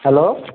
hello